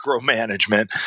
micromanagement